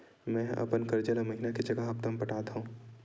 मेंहा अपन कर्जा ला महीना के जगह हप्ता मा पटात हव